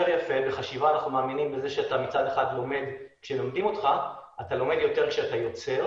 אנחנו מאמינים שאתה לומד יותר כשאתה יוצר